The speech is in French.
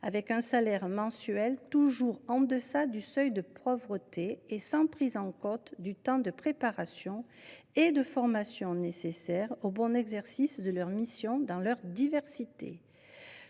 avec un salaire mensuel toujours en deçà du seuil de pauvreté, sans prise en compte du temps de préparation et de formation nécessaire au bon exercice de leurs diverses